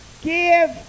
Give